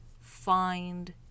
find